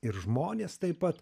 ir žmones taip pat